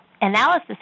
analysis